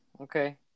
Okay